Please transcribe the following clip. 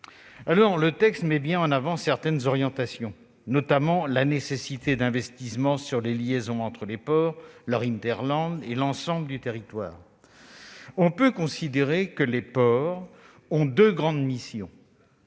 Le texte met en avant certaines orientations, notamment la nécessité d'investissements sur les liaisons entre les ports, et avec leur hinterland et l'ensemble du territoire. On peut considérer que les ports ont deux grandes missions